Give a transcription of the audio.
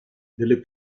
delle